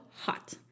hot